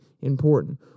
important